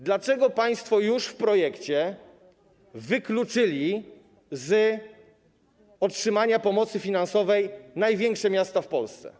Dlaczego państwo już w projekcie wykluczyli z pomocy finansowej największe miasta w Polsce?